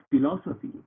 philosophy